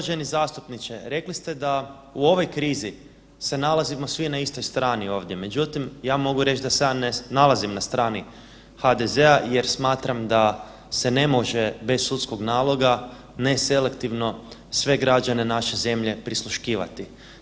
Uvaženi zastupniče, rekli ste da u ovoj krizi se nalazimo na svi na istoj strani ovdje, međutim ja mogu reći da se ja ne nalazim na strani HDZ-a jer smatram da se ne može bez sudskog naloga neselektivno sve građane naše zemlje prisluškivati.